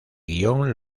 guion